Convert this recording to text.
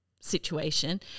situation